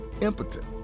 impotent